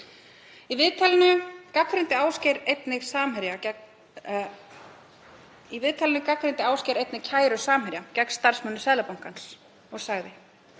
Í viðtalinu gagnrýndi Ásgeir einnig kæru Samherja gegn starfsmönnum Seðlabankans og sagði,